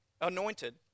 anointed